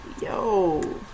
Yo